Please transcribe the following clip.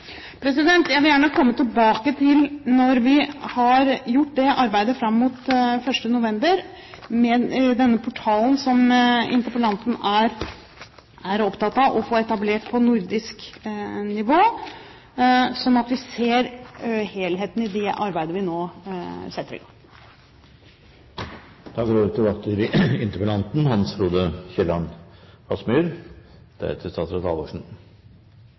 Når vi har gjort arbeidet fram mot 1. november, vil jeg gjerne komme tilbake til den portalen som interpellanten er opptatt av å få etablert på nordisk nivå, sånn at vi ser helheten i det arbeidet vi nå setter i gang.